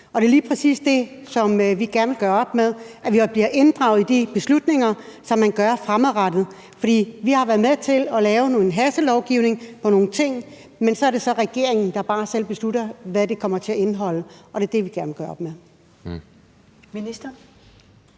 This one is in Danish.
det er lige præcis det, som vi gerne vil gøre op med, så vi bliver inddraget i de beslutninger, som man tager fremadrettet. For vi har været med til at lave noget hastelovgivning om nogle ting, men det er regeringen, der bare selv beslutter, hvad det kommer til at indeholde – og det er det, vi gerne vil gøre op med. Kl.